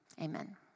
Amen